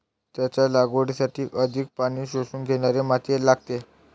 त्याच्या लागवडीसाठी अधिक पाणी शोषून घेणारी माती लागते